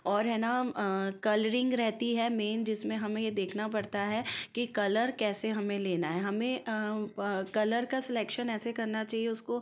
और है ना कलरिंग रहती है मेन जिसमें हमे यह देखना पड़ता है कि कलर कैसे हमें लेना है हमें कलर का सेलेक्शन ऐसे करना चाहिए उसको